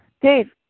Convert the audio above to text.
Dave